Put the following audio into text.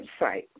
website